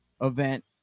event